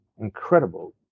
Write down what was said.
incredible